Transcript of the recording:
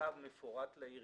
מכתב מפורט לעירייה